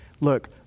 look